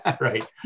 Right